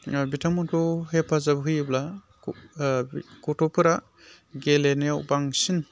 बिथांमोनखौ हेफाजाब होयोब्ला गथ'फोरा गेलेनायाव बांसिन